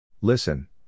Listen